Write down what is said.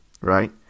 right